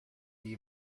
die